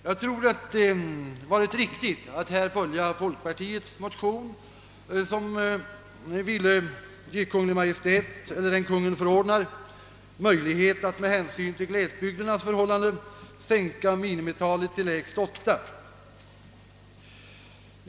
Jag tror att det hade varit riktigt att på denna punkt biträda folkpartiets motion, enligt vilken man ville ge Kungl. Maj:t eller den Kungl. Maj:t förordnar möjlighet att med hänsyn till glesbygdernas förhållanden sänka minimitalet till lägst åtta.